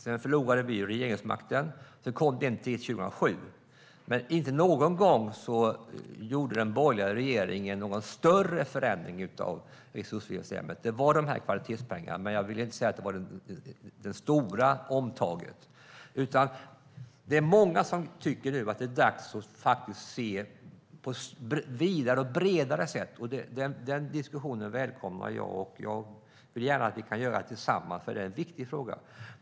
Sedan förlorade vi regeringsmakten, och så kom det en till 2007. Men inte någon gång gjorde den borgerliga regeringen någon större förändring av resursfördelningssystemet - det var det här med kvalitetspengar, men jag vill inte säga att det var det stora omtaget. Det är många som tycker att det nu faktiskt är dags att se på detta på ett vidare och bredare sätt. Den diskussionen välkomnar jag, och jag vill gärna att vi gör det tillsammans eftersom det är en viktig fråga.